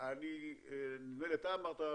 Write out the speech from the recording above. נדמה לי אתה אמרת,